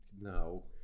no